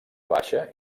baixa